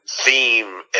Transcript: ...theme